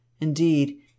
indeed